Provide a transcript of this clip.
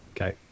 Okay